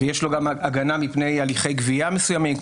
ויש לו גם הגנה מפני הליכי גבייה מסוימים,